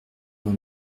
vous